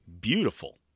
beautiful